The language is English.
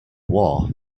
war